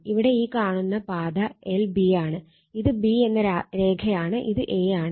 ഇവിടെ ഈ കാണുന്ന പാത lB ആണ് ഇത് B എന്ന രേഖയാണ് ഇത് A ആണ്